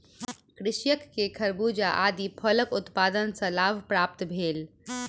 कृषक के खरबूजा आदि फलक उत्पादन सॅ लाभ प्राप्त भेल